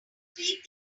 feed